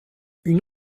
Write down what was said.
une